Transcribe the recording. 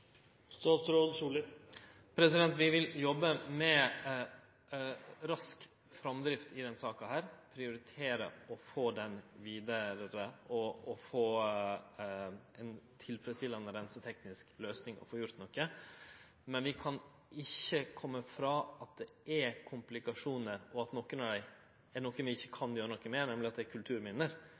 Vi vil jobbe med rask framdrift i denne saka og prioritere å få den vidare og få ei tilfredsstillande reinseteknisk løysing – å få gjort noko. Men vi kan ikkje kome frå at det er komplikasjonar, og at nokre av dei er noko vi ikkje kan gjere noko med, nemleg at det er